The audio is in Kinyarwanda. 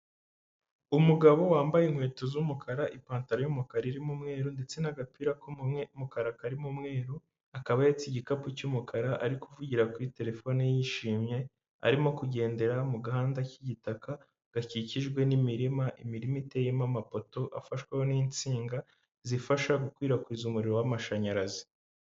Umugabo wambaye inkweto z'umukara, ipantaro y'umukara iririmo umweru ndetse n'agapira k'umukara karimo umweru, akaba ahetse igikapu cy'umukara ari kuvugira kuri terefone yishimye, arimo kugendera mu gahanda k'igitaka gakikijwe n'imirima, imirima iteyemo amapoto afashweho n'insinga zifasha gukwirakwiza umuriro w'amashanyarazi.